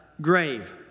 grave